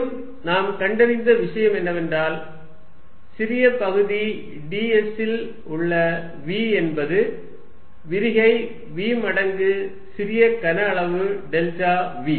மேலும் நாம் கண்டறிந்த விஷயம் என்னவென்றால் சிறிய பகுதி ds இல் உள்ள v என்பது விரிகை v மடங்கு சிறிய கனஅளவு டெல்டா v